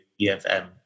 EFM